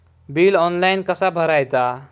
Bill online कसा भरायचा?